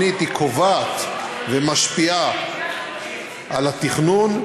שנית, היא קובעת ומשפיעה על התכנון,